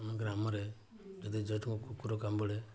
ଆମ ଗ୍ରାମରେ ଯଦି କୁକୁର କାମୁଡ଼େ